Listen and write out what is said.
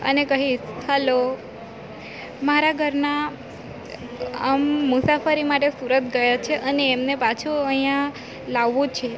અને કહીશ હલો મારા ઘરના મુસાફરી માટે સુરત ગયા છે અને એમને પાછું અહીંયા લાવવું છે